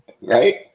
Right